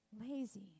Lazy